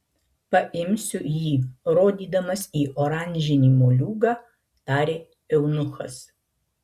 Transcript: paimsiu jį rodydamas į oranžinį moliūgą tarė eunuchas